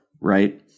right